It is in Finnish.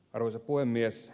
arvoisa puhemies